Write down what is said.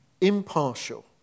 Impartial